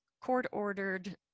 court-ordered